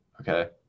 okay